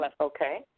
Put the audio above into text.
Okay